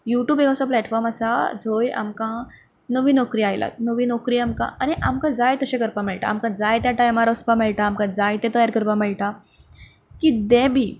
YouTube एक असो platform आसा जंय आमकां नवी नोकरी आयलात नवी नोकरी आमकां आनी आमकां जाय तशें करपाक मेळटा आमकां जाय त्या टायमार वचपाक मेळटा आमकां जाय तें तयार करपाक मेळटा किद्दे बी